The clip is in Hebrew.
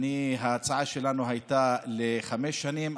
ההצעה שלנו הייתה לחמש שנים,